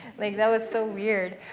like that was so weird.